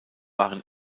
waren